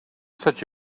such